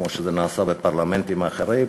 כמו שנעשה בפרלמנטים אחרים,